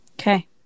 Okay